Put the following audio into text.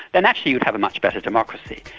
then actually you'd have a much better democracy.